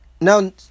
Now